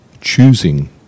choosing